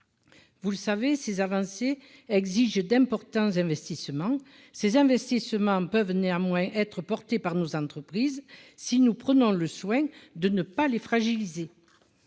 Vous le savez, ces avancées exige d'importants investissements, ces investissements peuvent néanmoins être porté par nos entreprises, si nous prenons le soin de ne pas les fragiliser